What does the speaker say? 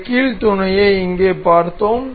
இந்த கீல் துணையை இங்கே பார்த்தோம்